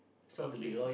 okay